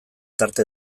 tarte